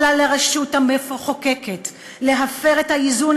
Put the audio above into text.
אל לה לרשות המחוקקת להפר את האיזון